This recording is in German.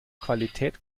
qualität